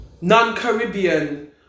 non-Caribbean